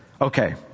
Okay